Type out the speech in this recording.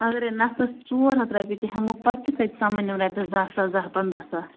اگرے نفرَس ژور ہتھ رۄپیہِ تہِ ہٮ۪مو پَتہِ تہِ کَتہِ سَمَن یِم رۄپیَس دَہ ساس دَہ پنٛداہ ساس